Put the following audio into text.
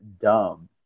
dumb